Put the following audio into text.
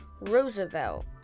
Roosevelt